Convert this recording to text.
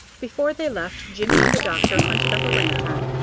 before they left, jimmie and the doctor hunted up a lantern,